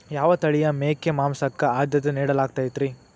ಯಾವ ತಳಿಯ ಮೇಕೆ ಮಾಂಸಕ್ಕ, ಆದ್ಯತೆ ನೇಡಲಾಗತೈತ್ರಿ?